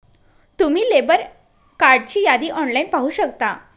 तुम्ही लेबर कार्डची यादी ऑनलाइन पाहू शकता